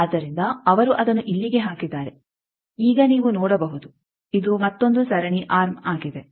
ಆದ್ದರಿಂದ ಅವರು ಅದನ್ನು ಇಲ್ಲಿಗೆ ಹಾಕಿದ್ದಾರೆ ಈಗ ನೀವು ನೋಡಬಹುದು ಇದು ಮತ್ತೊಂದು ಸರಣಿ ಆರ್ಮ್ ಆಗಿದೆ